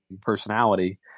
personality